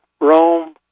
Rome